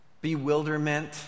bewilderment